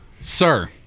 Sir